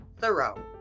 thorough